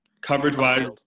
coverage-wise –